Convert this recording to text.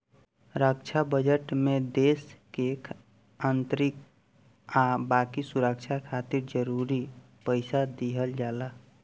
रक्षा budget में देश के आंतरिक आ बाकी सुरक्षा खातिर जरूरी पइसा दिहल जाला